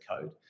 code